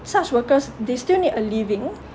such workers they still need a living